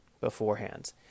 beforehand